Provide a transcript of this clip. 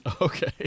Okay